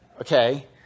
Okay